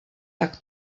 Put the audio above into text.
tak